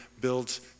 builds